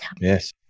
Yes